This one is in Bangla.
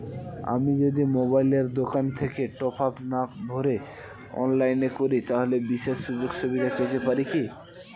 আমি যদি মোবাইলের দোকান থেকে টপআপ না ভরে অনলাইনে করি তাহলে বিশেষ সুযোগসুবিধা পেতে পারি কি?